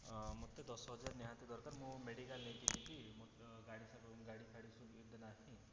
ଅ ମୋତେ ଦଶ ହଜାର ନିହାତି ଦରକାର ମୁଁ ମେଡ଼ିକାଲ ନେଇକି ଯିବି ମୋର ତ ଗାଡ଼ି ସବୁ ଗାଡ଼ିଫାଡ଼ି ସୁବିଧା ନାହିଁ